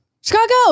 Chicago